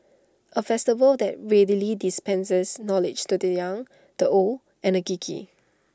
A festival that readily dispenses knowledge to the young the old and the geeky